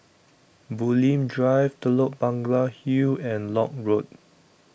Bulim Drive Telok Blangah Hill and Lock Road